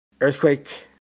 Earthquake